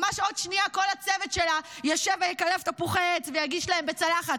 ממש עוד שנייה כל הצוות שלה ישב ויקלף תפוחי עץ ויגיש להם בצלחת,